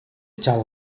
tell